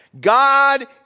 God